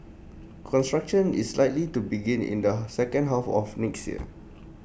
construction is likely to begin in the second half of next year